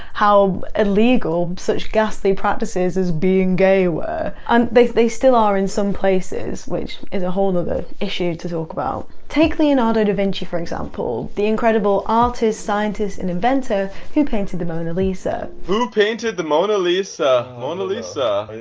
how illegal such ghastly practices as being gay were. um and they still are in some places which is a whole ah other issue to talk about. take leonardo da vinci for example the incredible artist scientist and inventor who painted the mona lisa. who painted the mona lisa mona lisa.